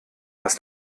was